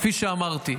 כפי שאמרתי,